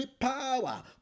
power